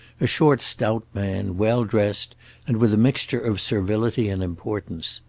a short stout man, well dressed and with a mixture of servility and importance.